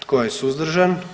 Tko je suzdržan?